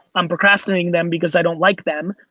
i'm procrastinating them because i don't like them.